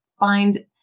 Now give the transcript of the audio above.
find